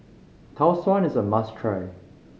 Tau Suan is a must try